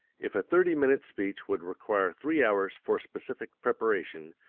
if a thirty-minute speech would require three hours for specific preparation,